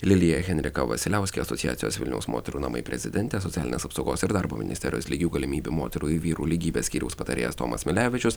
lilija henrika vasiliauskė asociacijos vilniaus moterų namai prezidentė socialinės apsaugos ir darbo ministerijos lygių galimybių moterų ir vyrų lygybės skyriaus patarėjas tomas milevičius